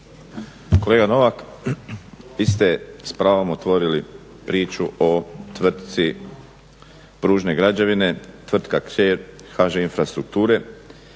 Kolega Novak, vi ste s pravom otvorili priču o tvrtci Pružne građevine, tvrtka kćer HŽ-Infrastrukture